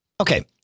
Okay